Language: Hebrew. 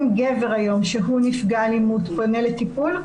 אם גבר היום שהוא נפגע אלימות פונה לטיפול,